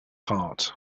heart